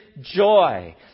joy